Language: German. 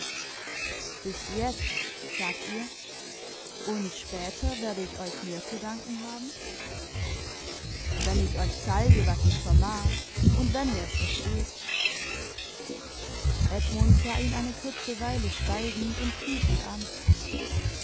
bis jetzt sagt ihr und später werde ich euch mehr zu danken haben wenn ich euch zeige was ich vermag und wenn ihr es versteht edmund sah ihn eine kurze weile schweigend und prüfend an